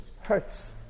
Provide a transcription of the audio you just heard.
Hurts